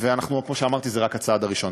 וכמו שאמרתי, זה רק הצעד הראשון.